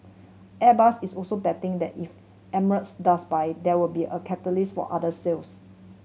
airbus is also betting that if Emirates does buy there will be a catalyst for other sales